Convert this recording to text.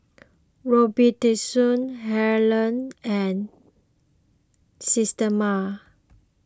Robitussin Helen and Systema